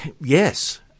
Yes